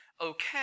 okay